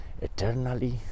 eternally